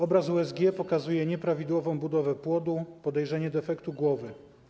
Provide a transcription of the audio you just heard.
Obraz USG pokazuje nieprawidłową budowę płodu, podejrzenie defektu głowy.